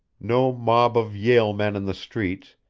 no mob of yale men in the streets,